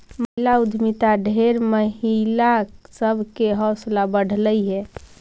महिला उद्यमिता ढेर महिला सब के हौसला बढ़यलई हे